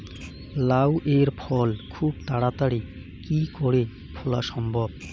লাউ এর ফল খুব তাড়াতাড়ি কি করে ফলা সম্ভব?